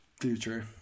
future